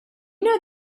know